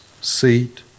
seat